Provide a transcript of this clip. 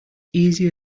easier